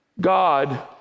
God